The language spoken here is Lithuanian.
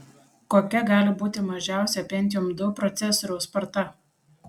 kokia gali būti mažiausia pentium ii procesoriaus sparta